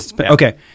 Okay